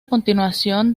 continuación